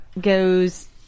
goes